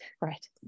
right